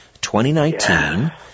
2019